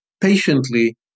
Patiently